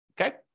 okay